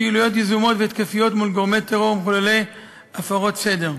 פעילויות יזומות והתקפיות מול גורמי טרור ומחוללי הפרות סדר,